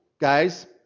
guys